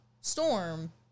Storm